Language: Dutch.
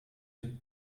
het